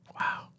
Wow